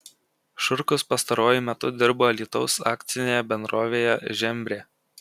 šurkus pastaruoju metu dirbo alytaus akcinėje bendrovėje žembrė